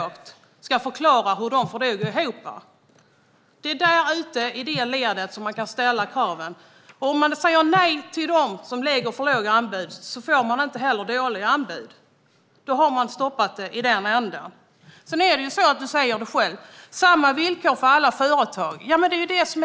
anbud ska förklara hur de går ihop. Det är i det ledet som kraven kan ställas. Om man säger nej till dem som lägger för låga anbud blir det inte heller dåliga anbud. Då har man stoppat dem. Ulla Andersson säger själv att det ska vara samma villkor för alla företag.